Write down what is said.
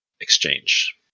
exchange